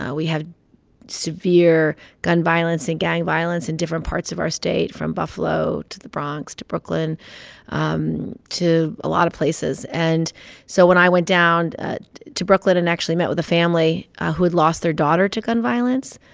ah we had severe gun violence and gang violence in different parts of our state from buffalo to the bronx to brooklyn um to a lot of places. and so when i went down ah to brooklyn and actually met with a family who had lost their daughter to gun violence,